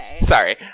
Sorry